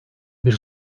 bir